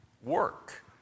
work